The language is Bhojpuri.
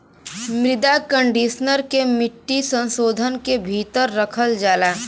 मृदा कंडीशनर के मिट्टी संशोधन के भीतर रखल जाला